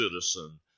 citizen